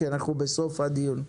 כי אנחנו בסוף הדיון,